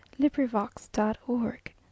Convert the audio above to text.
LibriVox.org